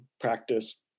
practice